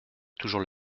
toujours